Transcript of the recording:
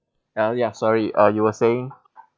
ya ya sorry uh you were saying